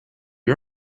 you